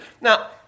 now